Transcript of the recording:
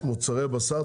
מוצרי הבשר.